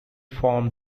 formed